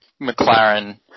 McLaren